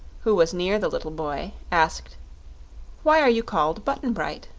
who was near the little boy, asked why are you called button-bright?